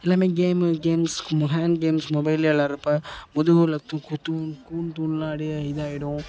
எல்லாமே game games நம்ம hand games மொபைலில் விளாட்றப்ப முதுகில் கூன் இதாகிடும்